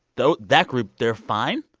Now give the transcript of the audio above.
those that group, they're fine.